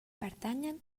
pertanyen